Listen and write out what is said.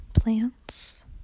Plants